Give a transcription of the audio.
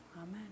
Amen